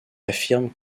affirme